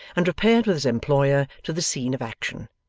and repaired with his employer to the scene of action,